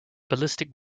ballistic